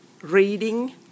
reading